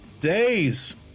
Days